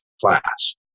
class